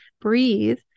breathe